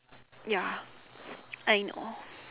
ya I know